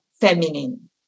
feminine